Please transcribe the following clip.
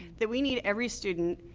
that we need every student,